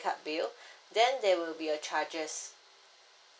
card bill then there will be a charges